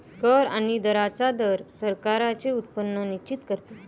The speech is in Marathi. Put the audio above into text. कर आणि दरांचा दर सरकारांचे उत्पन्न निश्चित करतो